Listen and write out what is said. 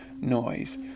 noise